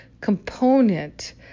component